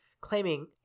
claiming